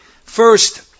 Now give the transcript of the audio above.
First